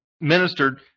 ministered